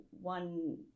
one